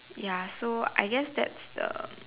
ya so I guess that's the